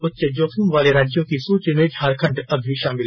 उच्च जोखिम वाले राज्यों की सूची में झारखंड अब भी शामिल